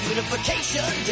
Unification